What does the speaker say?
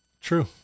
True